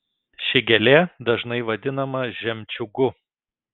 ši gėlė dažnai vadinama žemčiūgu